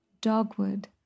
Dogwood